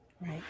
Right